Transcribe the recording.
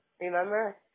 Remember